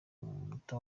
munota